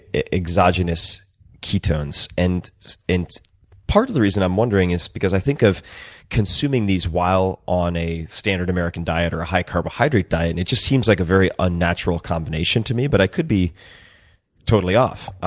exogenous ketones. and and part of the reason i'm wondering is because i think of consuming these while on a standard american diet or a high-carbohydrate diet, and it just seems like a very unnatural combination to me, but i could be totally off.